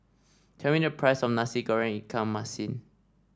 tell me the price of Nasi Goreng Ikan Masin